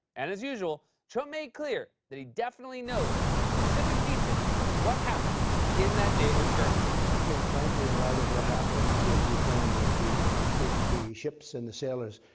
and as usual, trump made clear that he definitely knows the specific details of what happened in that naval skirmish. you know, frankly, in light of what happened with ukraine, with the with the ships and the sailors,